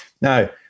Now